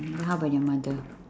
then how about your mother